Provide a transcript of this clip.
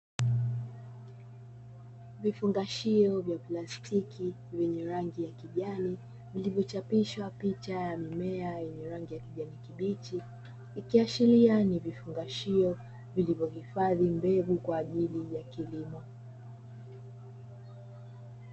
Vifungashio vya plastiki vyenye rangi ya kijani, vilivyochapishwa picha ya mimea yenye rangi ya kijani kibichi. Ikiashiria ni vifungashio vilivyohifadhi mbegu kwa ajili ya kilimo.